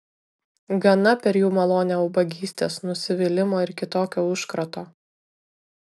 gana per jų malonę ubagystės nusivylimo ir kitokio užkrato